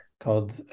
called